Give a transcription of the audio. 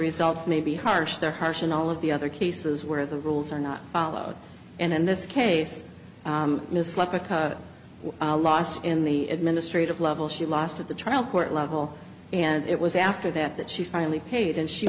results may be harsh they're harsh and all of the other cases where the rules are not followed and in this case misled lost in the administrative level she lost at the trial court level and it was after that that she finally paid and she